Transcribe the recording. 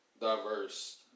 diverse